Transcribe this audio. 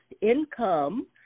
income